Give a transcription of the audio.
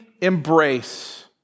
embrace